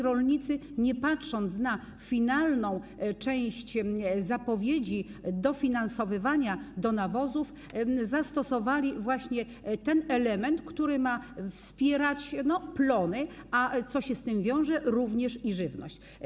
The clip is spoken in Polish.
Rolnicy, nie patrząc na finalną część zapowiedzi dofinansowywania nawozów, zastosowali właśnie ten element, który ma być wsparciem, jeśli chodzi o plony, a co się z tym wiąże - również i żywność.